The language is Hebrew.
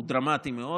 הוא דרמטי מאוד.